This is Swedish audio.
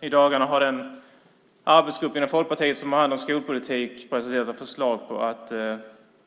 I dagarna har den arbetsgrupp inom Folkpartiet som har hand om skolpolitiken presenterat ett förslag på att